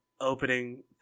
opening